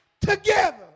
together